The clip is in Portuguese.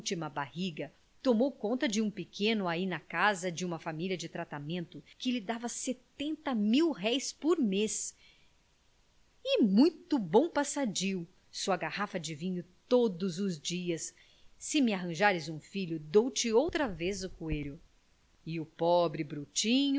última barriga tomou conta de um pequeno ai na casa de uma família de tratamento que lhe dava setenta mil-réis por mês e muito bom passadio sua garrafa de vinho todos os dias se me arranjares um filho dou-te outra vez o coelho e o pobre brutinho